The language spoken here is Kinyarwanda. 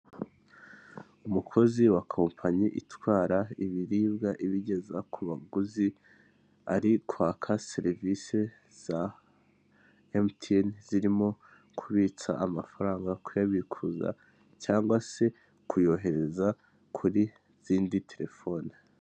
Umukozi wa kompanyi itwara ibiribwa, ibigeza ku baguzi, ari kwaka serivisi za emutiyeni, zirimo kubitsa amafaranga, kuyabikuza, cyangwa se kuyohereza kuri zindi telefone.